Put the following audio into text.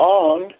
on